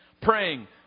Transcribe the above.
praying